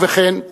ובכן,